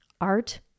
Art